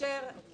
אם